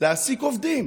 להעסיק עובדים,